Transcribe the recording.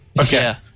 Okay